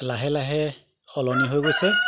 লাহে লাহে সলনি হৈ গৈছে